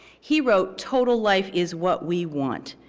he wrote total life is what we want.